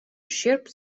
ущерб